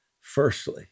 Firstly